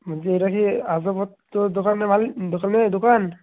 বলছি এটা কি আর্যাবর্ত দোকানের মালিক দোকানে দোকান